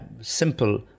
simple